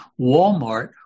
Walmart